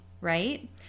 right